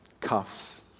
cuffs